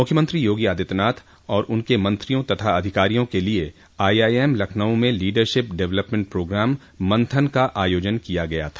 मूख्यमंत्री योगी आदित्यनाथ और उनके मंत्रियों तथा अधिकारियों के लिए आईआईएम लखनऊ में लीडरशिप डेवलपमेन्ट प्रोग्राम मन्थन का आयोजन किया गया था